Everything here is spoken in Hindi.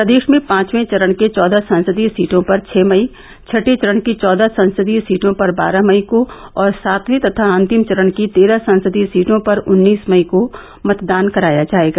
प्रदेष में पांचवें चरण के चौदह संसदीय सीटों पर छह मई छठे चरण की चौदह संसदीय सीटों पर बारह मई को और सातवे तथा अंतिम चरण की तेरह संसदीय सीटों पर उन्नीस मई को मतदान कराया जायेगा